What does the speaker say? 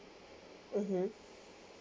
mmhmm